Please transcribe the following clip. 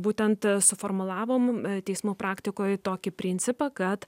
būtent suformulavom teismų praktikoj tokį principą kad